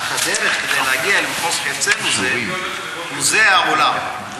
אך הדרך כדי להגיע אל מחוז חפצנו זה הוא זה העולם הזה.